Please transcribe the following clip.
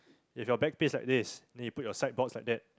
if your back piece like this then you put your side boards like that